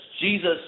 Jesus